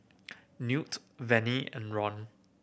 Newt Vennie and Ron